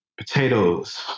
potatoes